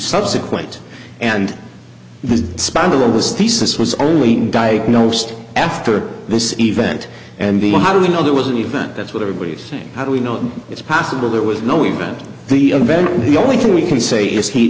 subsequent and the spondylolisthesis was only diagnosed after this event and one how do you know there was an event that's what everybody's saying how do we know it's possible there was no event the event the only thing we can say is he